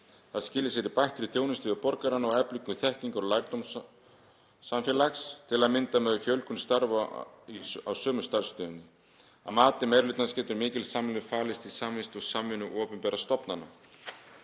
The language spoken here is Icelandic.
Það skili sér í bættri þjónustu við borgarana og eflingu þekkingar- og lærdómssamfélags, til að mynda með fjölgun starfa á sömu starfsstöðinni. Að mati meiri hlutans getur mikil samlegð falist í samvist og samvinnu opinberra stofnana.